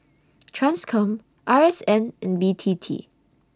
TRANSCOM R S N and B T T